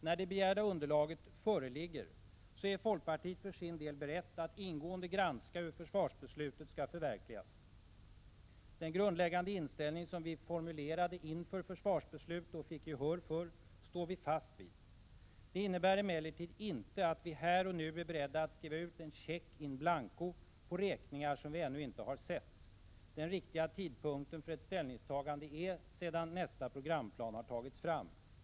När det begärda underlaget föreligger är folkpartiet för sin del berett att ingående granska hur försvarsbeslutet skall förverkligas. Den grundläggande inställning som vi formulerade inför försvarsbeslutet och fick gehör för står vi fast vid. Det innebär emellertid inte att vi här och nu är beredda att skriva ut en check in blanco på räkningar som vi ännu inte har sett. Den riktiga tidpunkten för ett ställningstagande är sedan nästa programplan tagits fram.